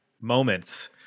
moments